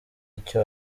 icyo